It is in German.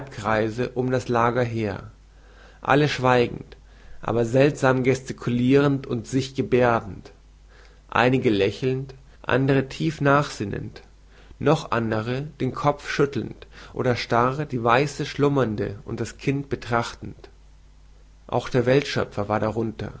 halbkreise um das lager her alle schweigend aber seltsam gestikulirend und sich gebärdend einige lächelnd andere tief nachsinnend noch andere den kopf schüttelnd oder starr die weiße schlummernde und das kind betrachtend auch der weltschöpfer war darunter